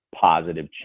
positive